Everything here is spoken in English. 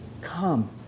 come